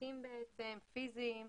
עותקים פיזיים,